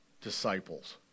disciples